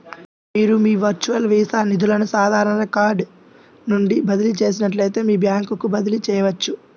మీరు మీ virtual Visa నిధులను సాధారణ కార్డ్ నుండి బదిలీ చేసినట్లే మీ బ్యాంకుకు బదిలీ చేయవచ్చు